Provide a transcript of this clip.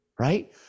right